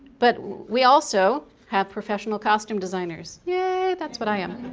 but we also have professional costume designers yay that's what i am!